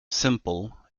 semple